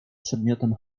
przedmiotem